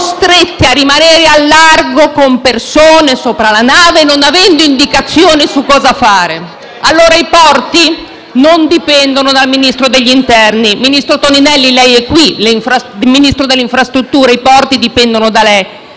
costrette a rimanere al largo con le persone imbarcate sulla nave non avendo indicazione su cosa fare. I porti non dipendono dal Ministro dell'interno, ministro Toninelli: lei è qui e come Ministro delle infrastrutture i porti dipendono da lei.